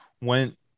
Went